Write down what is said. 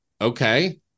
okay